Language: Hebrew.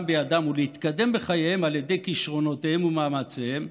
בידם ולהתקדם בחייהם על ידי כישרונותיהם ומאמציהם,